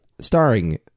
Starring